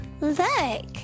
Look